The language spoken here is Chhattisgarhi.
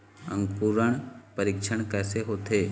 अंकुरण परीक्षण कैसे होथे?